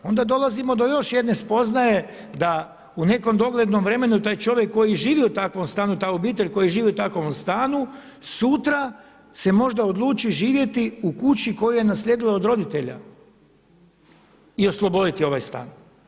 Onda dolazimo do još jedne spoznaje da u nekom doglednom vremenu taj čovjek koji živi u takvom stanu, ta obitelj koja živi u takvom stanu sutra se možda odluči živjeti u kući koju je naslijedila od roditelja i osloboditi ovaj stan.